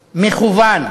מכוון.